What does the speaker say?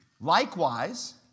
Likewise